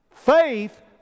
faith